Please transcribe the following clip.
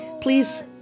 Please